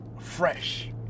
fresh